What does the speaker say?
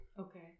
Okay